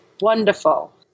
wonderful